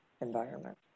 environment